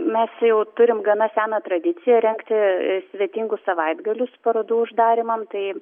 mes jau turim gana seną tradiciją rengti svetingus savaitgalius parodų uždarymam tai